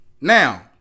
Now